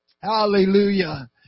Hallelujah